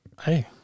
Hey